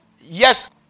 Yes